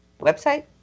website